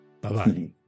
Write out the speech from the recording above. bye-bye